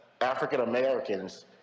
African-Americans